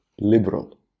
liberal